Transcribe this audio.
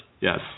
Yes